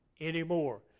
anymore